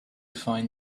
find